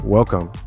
Welcome